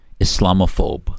Islamophobe